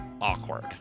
Awkward